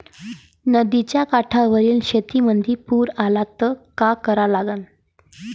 नदीच्या काठावरील शेतीमंदी पूर आला त का करा लागन?